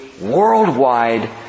worldwide